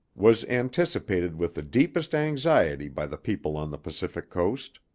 was anticipated with the deepest anxiety by the people on the pacific coast.